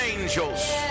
angels